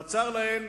בצר להן,